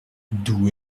d’où